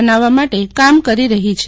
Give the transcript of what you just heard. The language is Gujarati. બનાવવા માટે કામ કરી રહી છે